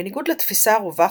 בניגוד לתפיסה הרווחת,